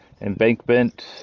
embankment